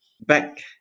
back